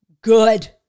good